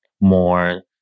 more